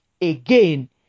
again